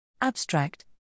Abstract